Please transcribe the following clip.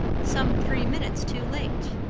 some three minutes too late.